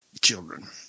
children